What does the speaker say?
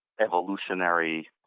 evolutionary